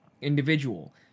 individual